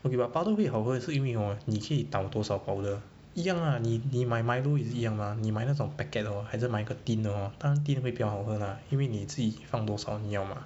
okay but powder 会好喝是因为 hor 你去到多少 powder 一样啊你你买 milo 也是一样 mah 你买那种 packet 的 hor 还是买那个 tin 的 hor 他的 tin 会比较好喝 lah 因为你自己放多少你要吗